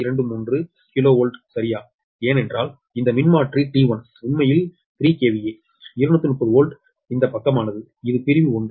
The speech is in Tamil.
23 கிலோவோல்ட் சரியா ஏனென்றால் இந்த மின்மாற்றி T1 உண்மையில் 3 KVA 230 வோல்ட் இந்த பக்கமானது இது பிரிவு 1